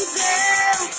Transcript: girl